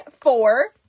four